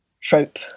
trope